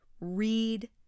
read